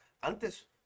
antes